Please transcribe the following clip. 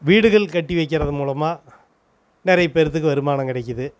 வீடுகள் கட்டி வைக்கின்றது மூலமாக நிறைய பேருத்துக்கு வருமானம் கிடைக்குது